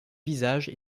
visage